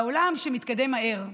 בעולם שמתקדם מהר,